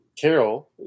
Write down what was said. Carol